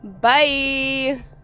Bye